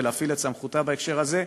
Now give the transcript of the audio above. ולהפעיל את סמכותה בהקשר הזה.